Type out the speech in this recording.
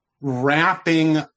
wrapping